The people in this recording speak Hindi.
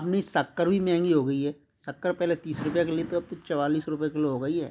अपनी शक्कर भी महँगी हो गई है शक्कर पहले तीस रुपए की ली अब तो चौवालीस रुपए किलो हो गई है